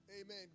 Amen